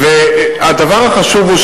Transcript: הדבר החשוב הוא,